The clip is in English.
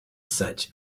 such